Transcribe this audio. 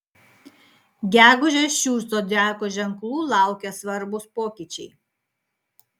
gegužę šių zodiako ženklų laukia svarbūs pokyčiai